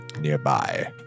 nearby